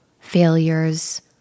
failures